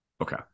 Okay